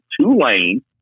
Tulane